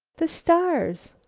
the stars!